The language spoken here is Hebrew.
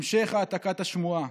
המשך העתקת השמועה,